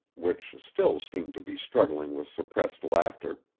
which still seemed to be struggling with suppressed laughter.